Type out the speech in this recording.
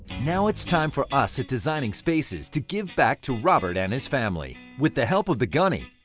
now it's time for us, at designing spaces to give back to robert and his family. with the help of the gunny,